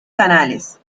canales